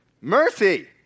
Mercy